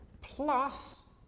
plus